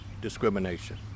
Discrimination